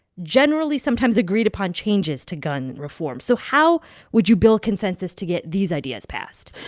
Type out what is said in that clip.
generally sometimes agreed upon changes to gun reform. so how would you build consensus to get these ideas passed?